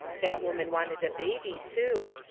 that woman wanted a baby, too,